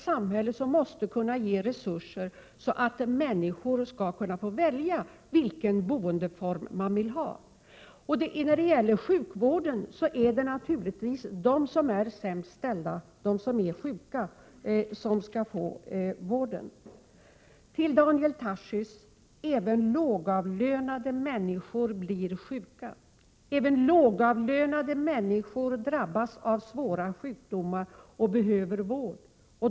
Samhället måste kunna ställa resurser till förfogande så att människor kan välja boendeform. När det gäller sjukvården är det naturligtvis de sämst ställda, de som är sjuka, som skall få vården. Till Daniel Tarschys vill jag säga att även lågavlönade människor blir sjuka. Även lågavlönade människor drabbas av svåra sjukdomar och behöver vård.